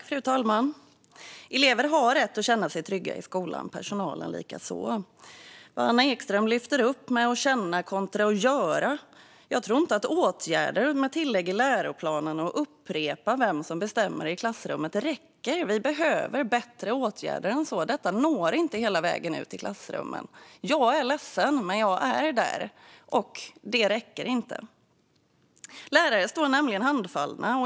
Fru talman! Elever har rätt att känna sig trygga i skolan. Det gäller personalen likaså. Anna Ekström lyfter upp känna kontra att göra. Jag tror inte att åtgärder med tillägg i läroplanen och att upprepa vem som bestämmer i klassrummet räcker. Det behövs bättre åtgärder än så. Detta når inte hela vägen ut i klassrummen. Jag är ledsen, men jag är där i klassrummen, och dessa ord räcker inte. Lärare står handfallna.